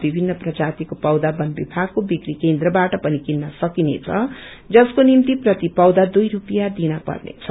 विभिन्न प्रजातिको पौषा वन विभागको विक्री केन्द्रबाट पनि किन्न सकिनेछ जसको निम्ति प्रति पौषा दुई स्पियाँ दिन पर्नेछ